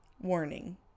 Warning